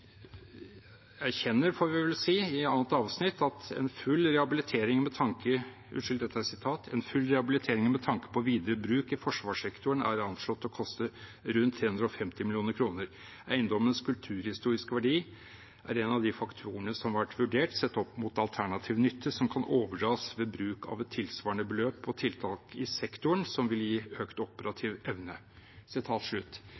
vi vel si – i annet avsnitt: «En full rehabilitering med tanke på videre bruk i forsvarssektoren er anslått å koste rundt 350 millioner kroner. Eiendommens kulturhistoriske verdi er en av faktorene som har vært vurdert, sett opp mot alternativ nytte som kan oppnås ved bruk av et tilsvarende beløp på tiltak i sektoren som vil gi økt